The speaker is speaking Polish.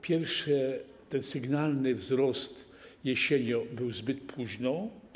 Pierwszy, ten sygnalny, wzrost jesienią był zbyt późno.